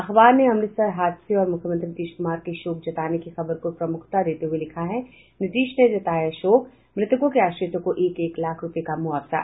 अखबार ने अमृतसर हादसे और मुख्यमंत्री नीतीश कुमार के शोक जताने की खबर को प्रमुखता देते हुए लिखा है नीतीश ने जताया शोक मृतकों के आश्रितों को एक एक लाख रूपये का मुआवजा